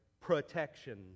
protection